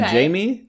Jamie